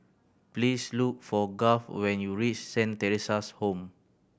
please look for Garth when you reach Saint Theresa's Home